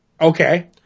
Okay